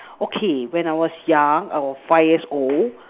okay when I was young I was five years old